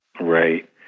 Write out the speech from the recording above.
Right